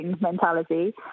mentality